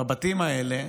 בבתים האלה,